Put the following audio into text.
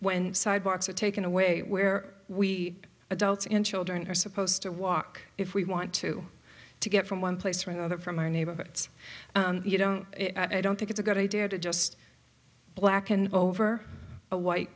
when sidewalks are taken away where we adults and children are supposed to walk if we want to to get from one place to another from our neighborhoods you don't i don't think it's a good idea to just blacken over a white